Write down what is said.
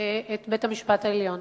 את בית-המשפט העליון,